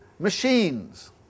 machines